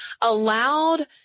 allowed